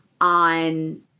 on